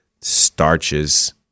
starches